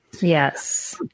Yes